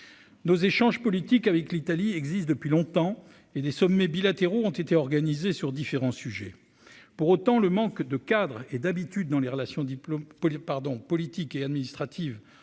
nos échanges politiques avec l'Italie existe depuis longtemps, et des sommets bilatéraux ont été organisés sur différents sujets, pour autant, le manque de cadres et d'habitude dans les relations diplomatiques pour pardon politique